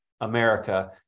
America